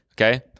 Okay